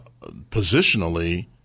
positionally